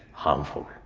harmful.